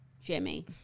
Jimmy